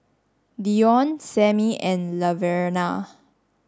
Deon Samie and Laverna